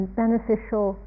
beneficial